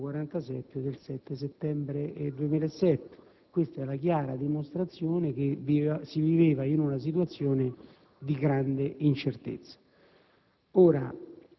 n. 147 del 7 settembre 2007. Questa è la chiara dimostrazione che si viveva in una situazione di grande incertezza.